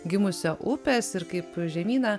gimusio upės ir kaip žemyna